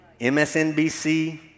MSNBC